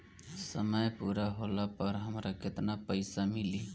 समय पूरा होला पर हमरा केतना पइसा मिली?